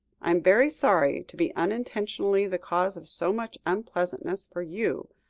i am very sorry to be unintentionally the cause of so much unpleasantness for you,